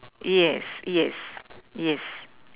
yes yes yes